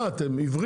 מה, אתם עיוורים?